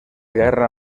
guerra